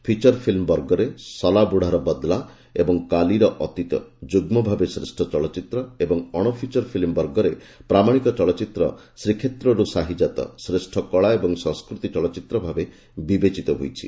feature film ବର୍ଗରେ 'ଶଲାବୁଡ଼ାର ବଦ୍ଲା' ଏବଂ 'କାଲିର ଅତୀତ' ଯୁଗ୍ଗ ଭାବେ ଶ୍ରେଷ ଚଳଚିତ୍ର ଏବଂ ଅଣ ଫିଚର ଫିଲ୍ମ ବର୍ଗରେ ପ୍ରାମାଶିକ ଚଳଚିତ୍ର 'ଶ୍ରୀକ୍ଷେତ୍ରର୍ ସାହିଜାତ' ଶ୍ରେଷ୍ କଳା ଏବଂ ସଂସ୍କୃତି ଚଳଚ୍ଚିତ୍ର ଭାବେ ବିବେଚିତ ହୋଇଛି